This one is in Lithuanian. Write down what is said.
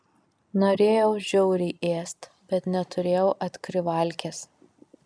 norėjau žiauriai ėst bet neturėjau atkrivalkės